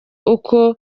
uko